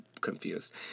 confused